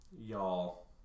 Y'all